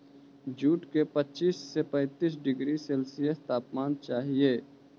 jute के पच्चीस से पैंतीस डिग्री सेल्सियस तापमान चाहहई